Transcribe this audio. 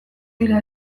dira